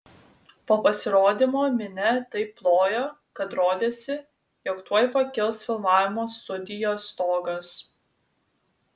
po pasirodymo minia taip plojo kad rodėsi jog tuoj pakils filmavimo studijos stogas